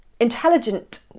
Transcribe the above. intelligent